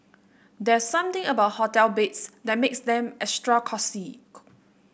there's something about hotel beds that makes them extra cosy